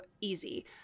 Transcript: easy